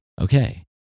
okay